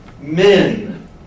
men